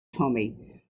tommy